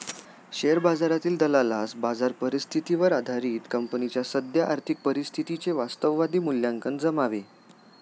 share बाजारातील दलालास बाजार परिस्थितीवर आधारित कंपनीच्या सद्य आर्थिक परिस्थितीचे वास्तववादी मूल्यांकन जमावे